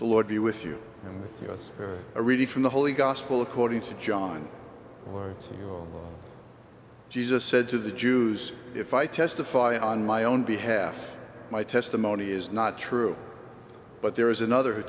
the lord be with you yes her a reading from the holy gospel according to john or jesus said to the jews if i testify on my own behalf my testimony is not true but there is another